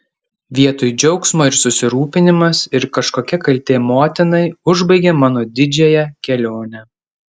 vietoj džiaugsmo ir susirūpinimas ir kažkokia kaltė motinai užbaigė mano didžiąją kelionę